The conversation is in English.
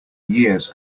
years